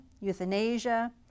euthanasia